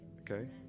Okay